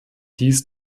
dies